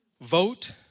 Vote